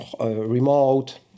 remote